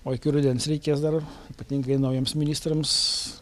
o iki rudens reikės dar ypatingai naujiems ministrams